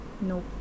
Nope